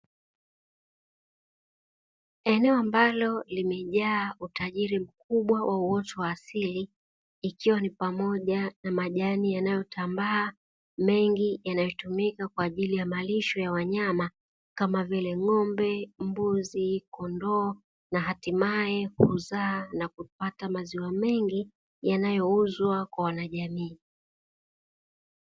Eneo ambalo limejaa utajiri mkubwa wa uoto wa asili, ikiwa ni pamoja na majani yanayotambaa, mengi yanatumika kwa ajili ya malisho ya wanyama, kama vile ng'ombe, mbuzi, kondoo na hatimaye kuzaa na kupata maziwa mengi yanayouzwa kwa wanajamii.